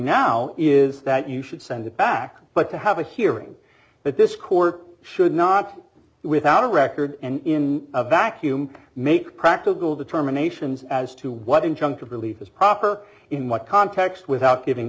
now is that you should send it back but to have a hearing that this court should not without a record and in a vacuum make practical determinations as to what injunctive relief is proper in what context without giving